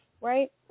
right